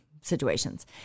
situations